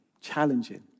challenging